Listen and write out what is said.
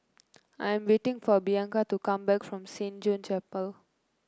I am waiting for Bianca to come back from Saint John's Chapel